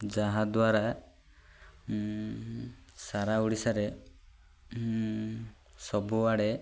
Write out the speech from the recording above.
ଯାହାଦ୍ୱାରା ସାରା ଓଡ଼ିଶାରେ ସବୁଆଡ଼େ